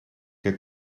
que